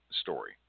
story